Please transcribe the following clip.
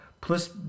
Plus